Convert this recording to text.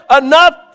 enough